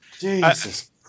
Jesus